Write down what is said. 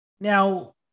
now